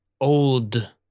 old